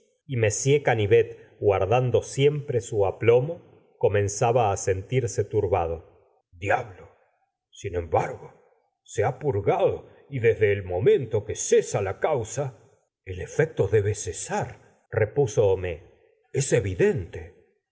li ca gustavo flaubert nivet guardando siempre su aplomo comenzaba á sentirse turbado diablo sin embargo se ha purgado y desde el momento que cesa la causa el efecto debe cesar repuso homais es